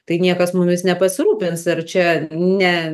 tai niekas mumis nepasirūpins ir čia ne